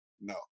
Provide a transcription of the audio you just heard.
no